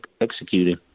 executing